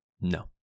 no